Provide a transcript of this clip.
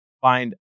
find